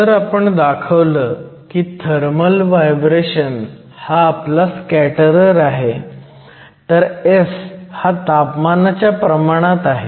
जर आपण दाखवलं की थर्मल व्हायब्रेशन हा आपला स्कॅटरर आहे तर S हा तापमानाच्या प्रमाणात आहे